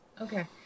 Okay